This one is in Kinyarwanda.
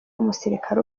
umusirikare